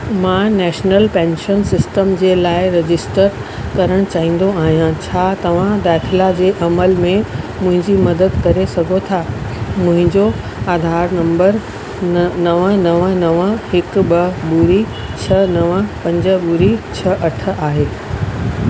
मां national pension system जे लाइ रजिस्टर करण चाहींदो आहियां छा तव्हां दाख़िला जे अमल में मुंहिंजी मदद करे सघो था मुंहिंजो आधार नंबर नव नव नव हिकु ॿ ॿुड़ी छह नव पंज ॿुड़ी छह अठ आहे